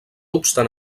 obstant